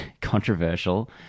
controversial